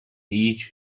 each